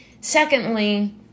Secondly